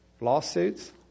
lawsuits